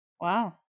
Wow